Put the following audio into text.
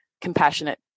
compassionate